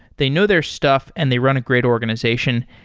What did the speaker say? they know their stuff and they run a great organization.